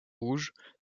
rouge